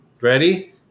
Ready